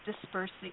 dispersing